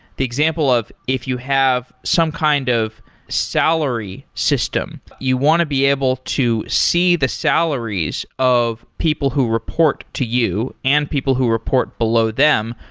the example of if you have some kind of salary system, you want to be able to see the salaries of people who report to you and people who report below them.